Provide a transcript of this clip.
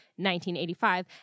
1985